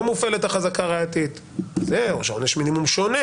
מופעלת החזקה הראייתית או עונש מינימום שונה,